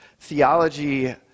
theology